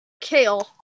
kale